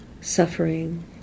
suffering